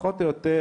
פחות או יותר,